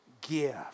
give